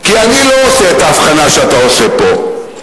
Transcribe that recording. כי אני לא עושה את ההבחנה שאתה עושה פה.